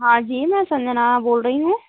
हाँ जी मैं संजना बोल रही हूँ